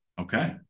Okay